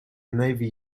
navy